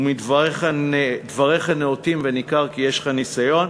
דבריך נאותים וניכר כי יש לך ניסיון.